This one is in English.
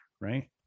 right